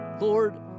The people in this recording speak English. Lord